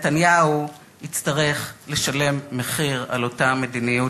ונתניהו יצטרך לשלם מחיר על אותה מדיניות